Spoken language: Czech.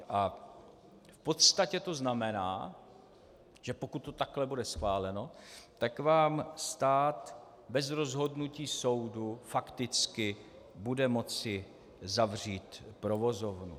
V podstatě to znamená, že pokud to takhle bude schváleno, tak vám stát bez rozhodnutí soudu fakticky bude moci zavřít provozovnu.